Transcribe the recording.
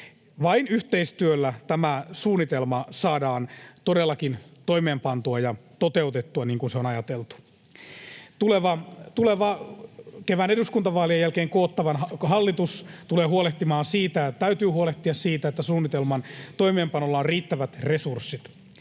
Vain yhteistyöllä tämä suunnitelma saadaan todellakin toimeenpantua ja toteutettua, niin kuin se on ajateltu. Tuleva, kevään eduskuntavaalien jälkeen koottava hallitus tulee huolehtimaan ja sen täytyy huolehtia siitä, että suunnitelman toimeenpanolla on riittävät resurssit.